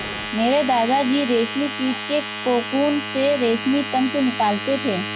मेरे दादा जी रेशमी कीट के कोकून से रेशमी तंतु निकालते थे